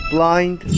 Blind